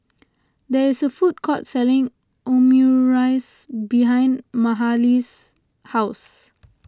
there is a food court selling Omurice behind Mahalie's house